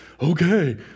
Okay